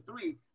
three